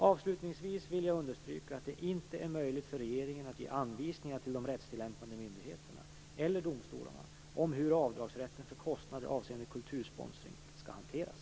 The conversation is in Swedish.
Avslutningsvis vill jag understryka att det inte är möjligt för regeringen att ge anvisningar till de rättstillämpande myndigheterna eller domstolarna om hur avdragsrätten för kostnader avseende kultursponsring skall hanteras.